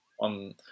on